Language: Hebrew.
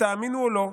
תאמינו או לא,